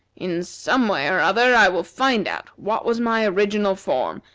in some way or other i will find out what was my original form,